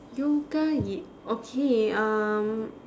yoga y~ okay um